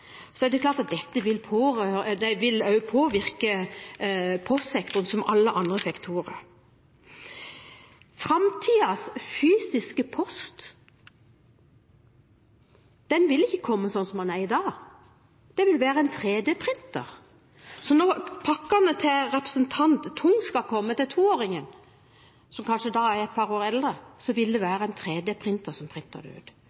alle andre sektorer. Framtidens fysiske post vil ikke komme som i dag. Den vil komme fra en 3D-printer. Når pakkene til representanten Tung skal komme til toåringen, som da kanskje er et par år eldre, vil det være en 3D-printer som printer dem ut.